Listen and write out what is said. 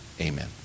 amen